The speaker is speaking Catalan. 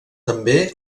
també